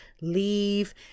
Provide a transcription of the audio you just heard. leave